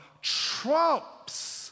trumps